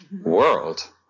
world